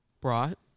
brought